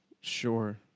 sure